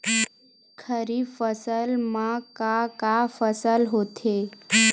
खरीफ फसल मा का का फसल होथे?